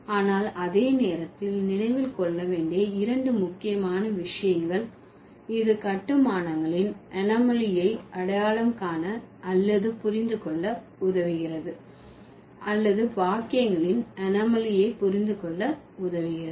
ஆனால் அதே நேரத்தில் நினைவில் கொள்ள வேண்டிய இரண்டு முக்கியமான விஷயங்கள் இது கட்டுமானங்களின் அனோமாலியை அடையாளம் காண அல்லது புரிந்து கொள்ள உதவுகிறது அல்லது வாக்கியங்களின் அனோமாலியை புரிந்து கொள்ள உதவுகிறது